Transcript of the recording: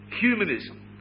humanism